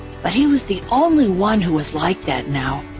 but he was the only one who was like that now.